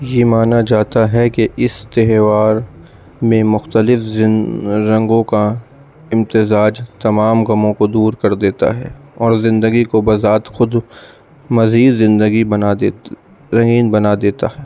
یہ مانا جاتا ہے کہ اس تہوار میں مختلف رنگوں کا امتزاج تمام غموں کو دور کر دیتا ہے اور زندگی کو بذات خود مزید زندگی بنا یعنی بنا دیتا ہے